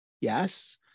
yes